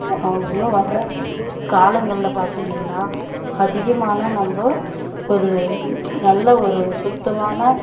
இன்னும் வர்ற காலங்கள்ல பார்த்தீங்கள்னா அதிகமான நம்ம ஒரு நல்ல ஒரு சுத்தமான